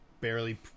barely